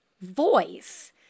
voice